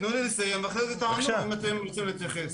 תנו לי לסיים ואחרי זה תענו אם אתם רוצים להתייחס.